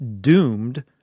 Doomed